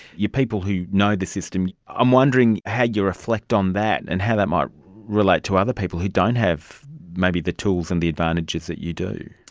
you are people who know the system. i'm wondering how you reflect on that and how that might relate to other people who don't have maybe the tools and the advantages that you do.